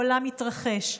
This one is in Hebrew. בעולם יתרחש!